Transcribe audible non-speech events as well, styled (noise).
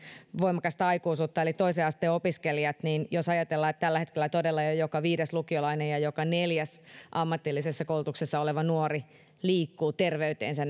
voimakasta aikuisuutta eli toisen asteen opiskelijoihin jos ajatellaan että tällä hetkellä todella jo joka viides lukiolainen ja joka neljäs ammatillisessa koulutuksessa oleva nuori liikkuu terveyteensä (unintelligible)